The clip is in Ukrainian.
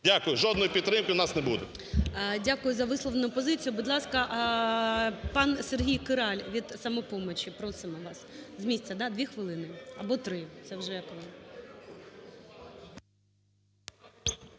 Дякую. Жодної підтримки у нас не буде. ГОЛОВУЮЧИЙ. Дякую за висловлену позицію. Будь ласка, пан Сергій Кіраль від "Самопомочі". Просимо вас з місця, да, дві хвилини, або три, це вже як ви.